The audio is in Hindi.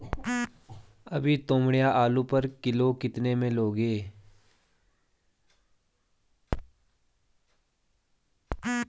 अभी तोमड़िया आलू पर किलो कितने में लोगे?